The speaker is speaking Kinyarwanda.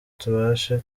tubashe